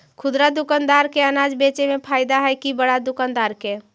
खुदरा दुकानदार के अनाज बेचे में फायदा हैं कि बड़ा दुकानदार के?